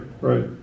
right